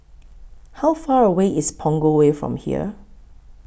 How Far away IS Punggol Way from here